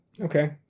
Okay